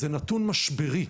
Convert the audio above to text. זה נתון משברי.